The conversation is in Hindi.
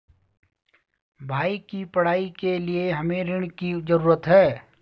भाई की पढ़ाई के लिए हमे ऋण की जरूरत है